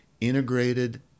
integrated